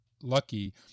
lucky